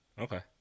Okay